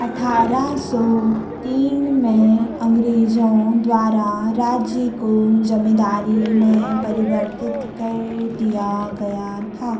अट्ठारह सौ तीन में अँग्रेजों द्वारा राज्य को जमीन्दारी में परिवर्तित कर दिया गया था